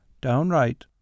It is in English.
downright